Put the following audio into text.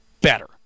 better